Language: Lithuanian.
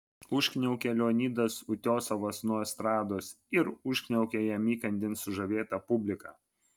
užkniaukė leonidas utiosovas nuo estrados ir užkniaukė jam įkandin sužavėta publika